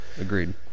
Agreed